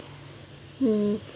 mm